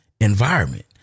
environment